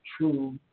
true